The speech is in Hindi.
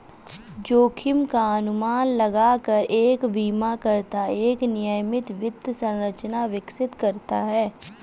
जोखिम का अनुमान लगाकर एक बीमाकर्ता एक नियमित वित्त संरचना विकसित करता है